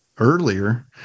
earlier